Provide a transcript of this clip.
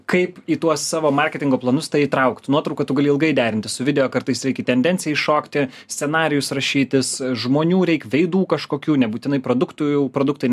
kaip į tuos savo marketingo planus tą įtraukt nuotrauką tu gali ilgai derinti su video kartais reikia tendencijai šokti scenarijus rašytis žmonių reik veidų kažkokių nebūtinai produktų jau produktai